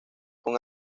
con